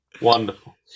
Wonderful